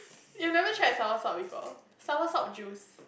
you never tried soursop before soursop juice